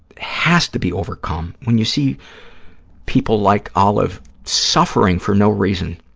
has to be overcome, when you see people like olive suffering for no reason,